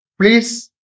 please